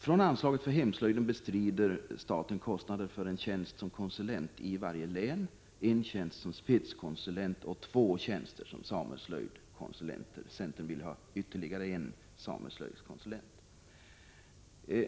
Från anslaget för hemslöjden bestrider staten kostnader för en tjänst som konsulent i varje län, en tjänst som spetskonsulent och två tjänster som sameslöjdskonsulenter. Centern vill ha ytterligare en sameslöjdskonsulent.